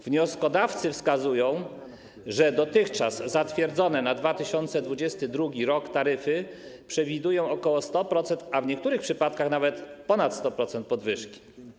Wnioskodawcy wskazują, że dotychczas zatwierdzone na 2022 r. taryfy przewidują ok. 100%, a w niektórych przypadkach nawet ponad 100% podwyżki.